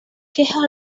queja